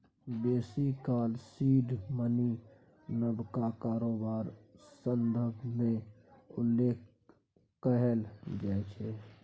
बेसी काल seed money नबका कारोबार संदर्भ मे उल्लेख कएल जाइ छै